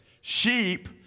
Sheep